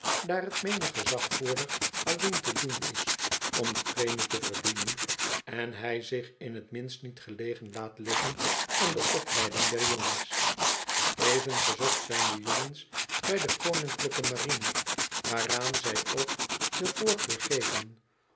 daar het menig gezagvoerder alleen te doen is om de premie te verdienen en hij zich in het minst niet gelegen laat liggen aan de opleiding der jongens even gezocht zijn de jongens bij de koninklijke marine waaraan zij ook de voorkeur geven